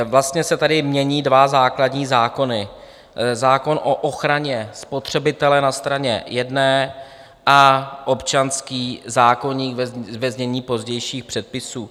Vlastně se tady mění dva základní zákony, zákon o ochraně spotřebitele na straně jedné a občanský zákoník, ve znění pozdějších předpisů.